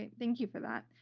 and thank you for that.